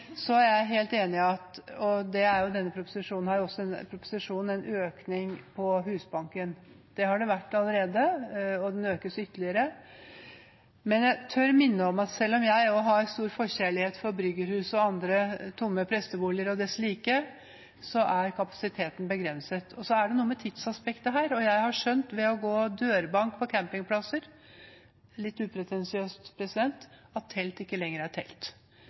er helt enig i at denne proposisjonen også har en økning til Husbanken. Økningen har kommet allerede, og det økes ytterligere. Men jeg tør minne om at selv om jeg har stor forkjærlighet for bryggerhus, tomme presteboliger og dess like, er kapasiteten begrenset. Og det er noe med tidsaspektet her. Jeg har skjønt ved å foreta dørbank på campingplasser, litt upretensiøst, at telt ikke lenger er telt.